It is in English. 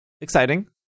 exciting